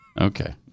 Okay